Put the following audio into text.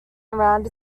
around